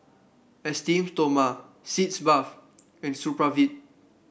Esteem Stoma Sitz Bath and Supravit